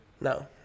No